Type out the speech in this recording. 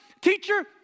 Teacher